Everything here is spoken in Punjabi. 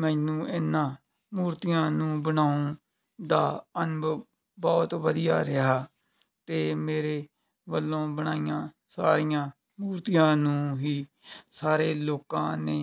ਮੈਨੂੰ ਇਨ੍ਹਾਂ ਮੂਰਤੀਆਂ ਨੂੰ ਬਣਾਉਣ ਦਾ ਅਨੁਭਵ ਬਹੁਤ ਵਧੀਆ ਰਿਹਾ ਅਤੇ ਮੇਰੇ ਵੱਲੋਂ ਬਣਾਈਆਂ ਸਾਰੀਆਂ ਮੂਰਤੀਆਂ ਨੂੰ ਹੀ ਸਾਰੇ ਲੋਕਾਂ ਨੇ